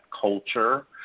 culture